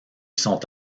sont